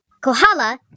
Kohala